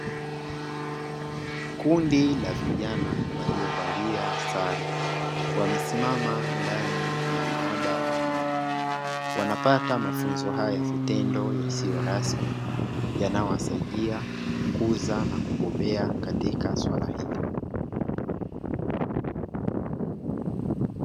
Kundi la vijana waliovalia sare wamesimama ndani ya maabara ya umeme wanapata mafunzo haya vitendo yasio rasmi, yanawasaidia kukuza na kubobea katika suala hili.